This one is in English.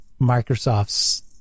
microsoft's